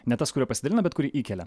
ne tas kuriuo pasidalina bet kurį įkelia